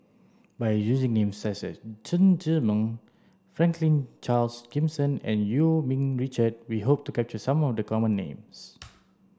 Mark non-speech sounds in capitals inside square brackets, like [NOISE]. by using names such as Chen Zhiming Franklin Charles Gimson and Eu Yee Ming Richard we hope to capture some of the common names [NOISE]